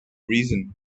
reason